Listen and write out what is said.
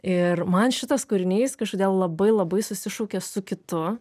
ir man šitas kūrinys kažkodėl labai labai susišaukia su kitu